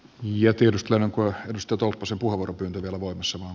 ja tietysti on onko istutuksen purplen velvoite samaan